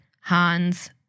Hans